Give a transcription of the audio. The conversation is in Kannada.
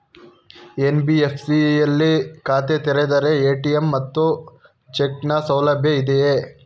ಎನ್.ಬಿ.ಎಫ್.ಸಿ ಯಲ್ಲಿ ಖಾತೆ ತೆರೆದರೆ ಎ.ಟಿ.ಎಂ ಮತ್ತು ಚೆಕ್ ನ ಸೌಲಭ್ಯ ಇದೆಯಾ?